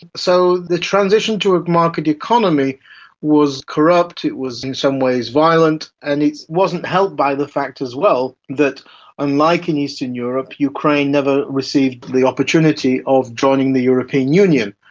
so the transition to a market economy was corrupt, it was in some ways violent, and it wasn't helped by the fact as well that unlike in eastern europe, ukraine never received the opportunity of joining the european union.